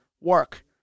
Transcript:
work